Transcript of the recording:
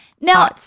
Now